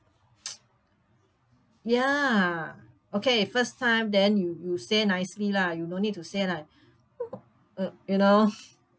ya okay first time then you you say nicely lah you no need to say like um you know